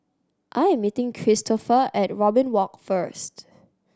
I am meeting Cristofer at Robin Walk first